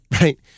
right